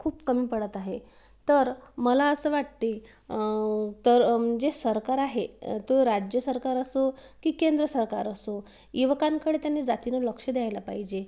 खूप कमी पडत आहे तर मला असं वाटते तर जे सरकार आहे तो राज्य सरकार असो की केंद्र सरकार असो युवकांकडे त्यांनी जातीनं लक्ष द्यायला पाहिजे